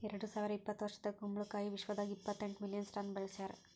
ಎರಡು ಸಾವಿರ ಇಪ್ಪತ್ತು ವರ್ಷದಾಗ್ ಕುಂಬಳ ಕಾಯಿ ವಿಶ್ವದಾಗ್ ಇಪ್ಪತ್ತೆಂಟು ಮಿಲಿಯನ್ ಟನ್ಸ್ ಬೆಳಸ್ಯಾರ್